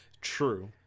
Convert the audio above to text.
True